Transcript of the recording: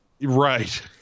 Right